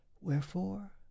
Wherefore